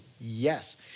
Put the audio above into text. Yes